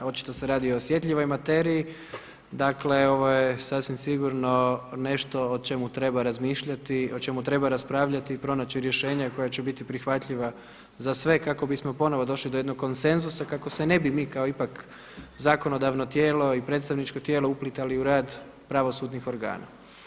Očito se radi o osjetljivoj materiji, dakle, ovo je sasvim sigurno nešto o čemu treba razmišljati, o čemu treba raspravljati i pronaći rješenja koje će biti prihvatljiva za sve kako bismo ponovo došli do jednog konsenzusa kako se ne bi mi kao ipak zakonodavno tijelo i predstavničko tijelo uplitali u rad pravosudnih organa.